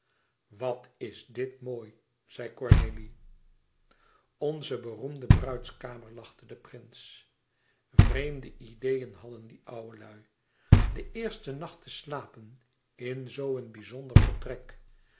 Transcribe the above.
wat is dit mooi zei cornélie onze beroemde bruidskamer lachte de prins vreemde ideeën hadden die oude lui den eersten nacht te slapen in zoo een bizonder vertrek